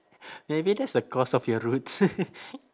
maybe that's the cause of your roots